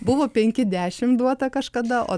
buvo penki dešimt duota kažkada o